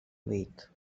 week